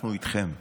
אנחנו איתכם.